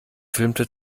filmte